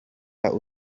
azi